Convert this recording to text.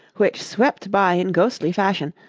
which swept by in ghostly fashion,